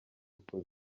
kure